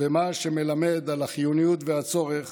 ומה שמלמד על החיוניות והצורך